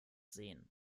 sehen